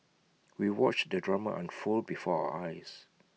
we watched the drama unfold before our eyes